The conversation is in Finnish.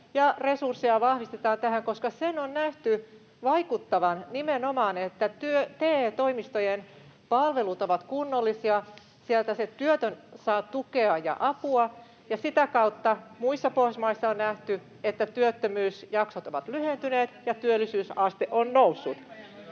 resursseja vahvistetaan tähän, koska nimenomaan sen on nähty vaikuttavan, että TE-toimistojen palvelut ovat kunnollisia. Sieltä se työtön saa tukea ja apua, ja sitä kautta muissa Pohjoismaissa on nähty, että työttömyysjaksot ovat lyhentyneet ja työllisyysaste on noussut.